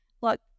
look